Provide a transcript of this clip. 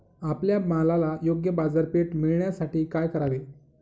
आपल्या मालाला योग्य बाजारपेठ मिळण्यासाठी काय करावे?